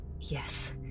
yes